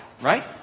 Right